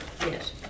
yes